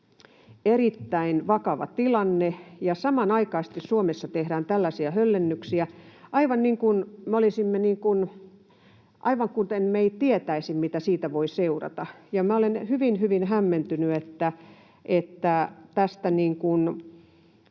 erittäin vakava tilanne, ja samanaikaisesti Suomessa tehdään tällaisia höllennyksiä aivan kuin me emme tietäisi, mitä siitä voi seurata. Minä olen hyvin hyvin hämmentynyt, että on